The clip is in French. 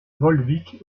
volvic